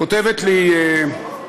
כותבת לי עכשיו,